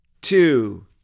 two